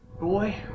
Boy